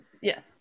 Yes